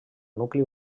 nucli